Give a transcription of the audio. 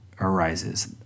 arises